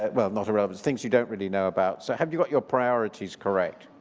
ah well, not irrelevant. things you don't really know about. so have you got your priorities correct?